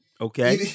Okay